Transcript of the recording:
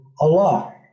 Allah